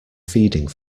feeding